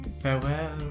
Farewell